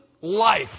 life